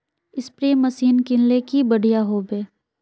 Spray machine किनले की बढ़िया होबवे?